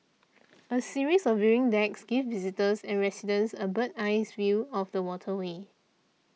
a series of viewing decks gives visitors and residents a bird eyes view of the waterway